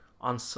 on